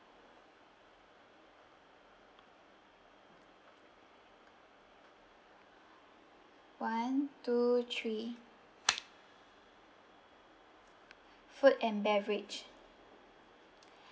one two three food and beverage